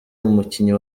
umukinnyi